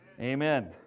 Amen